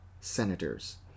Senators